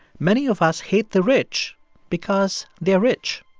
many of us hate the rich because they are rich.